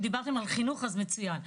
אם דיברתם על חינוך, אז מצוין.